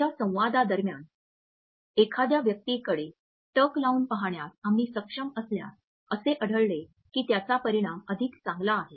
आमच्या संवादादरम्यान एखाद्या व्यक्तीकडे टक लावून पाहण्यास आम्ही सक्षम असल्यास असे आढळले की त्याचा परिणाम अधिक चांगला आहे